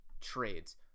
trades